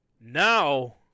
Now